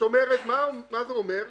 מה זה אומר?